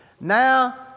Now